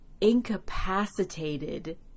incapacitated